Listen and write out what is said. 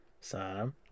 Sam